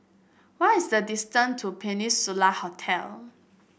what is the distance to Peninsula Hotel